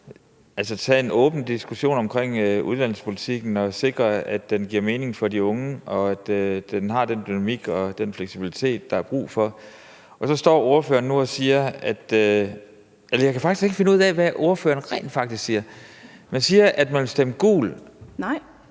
at tage en åben diskussion om uddannelsespolitikken og sikre, at den giver mening for de unge, og at den har den dynamik og den fleksibilitet, der er brug for. Og nu kan jeg ikke finde ud af, hvad ordføreren rent faktisk siger. Min usikkerhed er: Stemmer man nej,